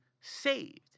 saved